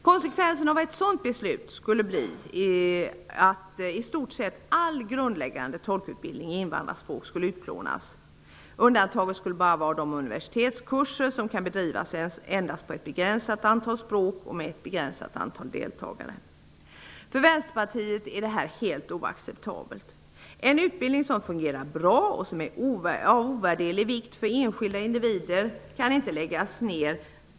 Konsekvenserna av ett sådant beslut skulle bli att i stort sett all grundläggande tolkutbildning i invandrarspråk skulle utplånas. Undantaget skulle vara universitetskurserna, som bedrivs på ett begränsat antal språk och med ett begränsat antal deltagare. För Vänsterpartiet är det här helt oacceptabelt. En utbildning som fungerar bra och som är av ovärderlig vikt för enskilda individer kan inte läggas ned.